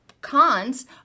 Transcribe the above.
cons